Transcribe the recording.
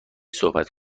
صحبت